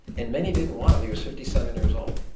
and many didn't want him, he was fifty seven years old.